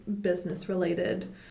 business-related